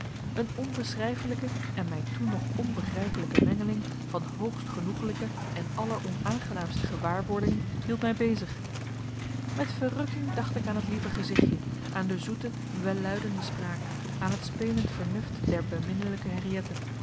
een onbeschrijfelijke en mij toen nog onbegrijpelijke mengeling van hoogst genoeglijke en alleronaangenaamste gewaarwordingen hield mij bezig met verrukking dacht ik aan het lieve gezichtje aan de zoete welluidende spraak aan het spelend vernuft der beminnelijke henriëtte